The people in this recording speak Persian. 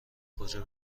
کجا